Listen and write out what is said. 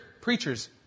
preachers